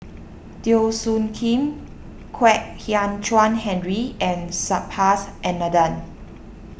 Teo Soon Kim Kwek Hian Chuan Henry and Subhas Anandan